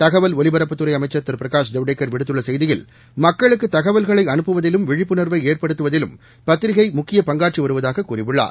தகவல் ஒலிபரப்புத்துறை அமைச்சர் திரு பிரகாஷ் ஜவடேக்கர் விடுத்துள்ள செய்தியில் மக்களுக்கு தகவல்களை அனுப்புவதிலும் விழிப்புணர்வை ஏற்படுத்துவதிலும் பத்திரிகை முக்கிய பங்காற்றி வருவதாகக் கூறியுள்ளார்